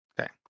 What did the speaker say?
okay